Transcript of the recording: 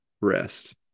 rest